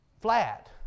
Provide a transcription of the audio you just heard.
flat